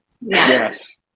yes